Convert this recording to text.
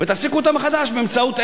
ותעסיקו אותם מחדש באמצעות,